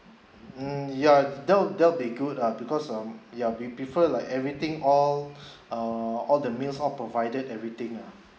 mm ya that'll that'll be good ah because um ya we prefer like everything all err all the meals are provided everything lah